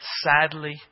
Sadly